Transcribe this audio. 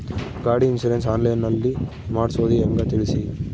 ಗಾಡಿ insurance online ನಲ್ಲಿ ಮಾಡ್ಸೋದು ಹೆಂಗ ತಿಳಿಸಿ?